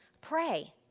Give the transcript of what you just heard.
Pray